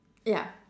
ya